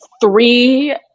three